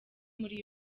muri